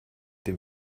dem